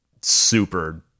super